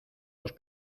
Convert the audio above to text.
los